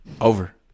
Over